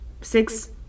six